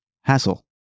Hassle